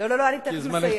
לא לא לא, אני תיכף אסיים.